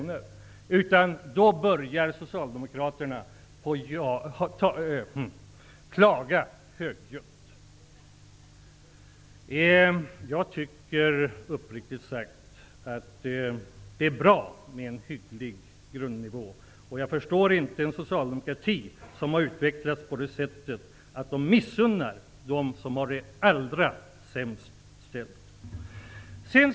Socialdemokraterna börjar i stället att klaga högljutt. Uppriktigt sagt tycker jag att det är bra med en hygglig grundnivå, och jag förstår inte att socialdemokratin har utvecklats på det sättet att man missunnar dem som har det allra sämst ställt denna förbättring.